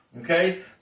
Okay